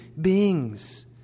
beings